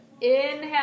Inhale